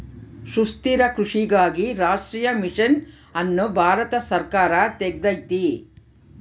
ಸುಸ್ಥಿರ ಕೃಷಿಗಾಗಿ ರಾಷ್ಟ್ರೀಯ ಮಿಷನ್ ಅನ್ನು ಭಾರತ ಸರ್ಕಾರ ತೆಗ್ದೈತೀ